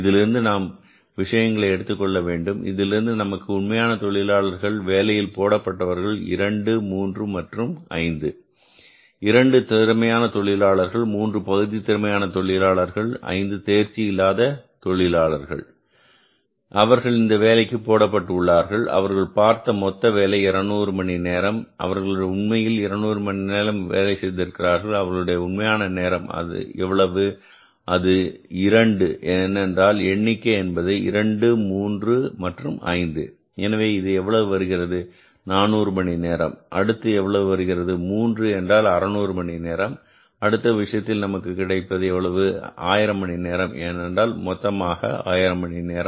இதிலிருந்து நாம் விஷயங்களை எடுத்துக்கொள்ள வேண்டும் இதிலிருந்து நமக்கு உண்மையான தொழிலாளர்கள் வேலையில் போடப்பட்டவர்கள் 2 3 மற்றும் 5 2 திறமையுள்ள தொழிலாளர்கள் 3 பகுதி திறமையான தொழிலாளர்கள் 5 தேர்ச்சி இல்லாத தொழிலாளர்கள் அவர்கள் இந்த வேலைக்கு போடப்பட்டு உள்ளார்கள் அவர்கள் பார்த்த மொத்த வேலை 200 மணி நேரம் அவர்கள் உண்மையில் 200 மணி நேரம் வேலை செய்திருக்கிறார்கள் அவர்களது உண்மையான நேரம் எவ்வளவு அது 2 ஏனென்றால் எண்ணிக்கை என்பது 2 3 மற்றும் 5 எனவே இது எவ்வளவு வருகிறது 400 மணி நேரம் அடுத்து எவ்வளவு வருகிறது 3 என்றால் 600மணி நேரம் அடுத்த விஷயத்தில் நமக்கு கிடைப்பது எவ்வளவு 1000 மணி நேரம் இது மொத்தமாக 1000 மணி நேரம்